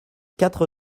quatre